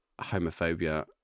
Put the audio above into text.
homophobia